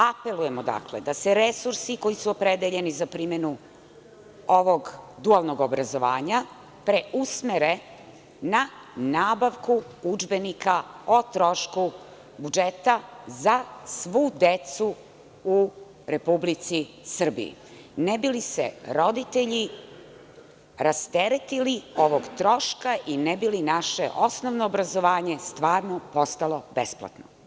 Apelujemo da se resursi koji su opredeljeni za primenu ovog dualnog obrazovanja preusmere na nabavku udžbenika o trošku budžeta za svu decu u Republici Srbiji, ne bi li se roditelji rasteretili ovog troška i ne bi li naše osnovno obrazovanje stvarno postalo besplatno.